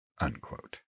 Unquote